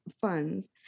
funds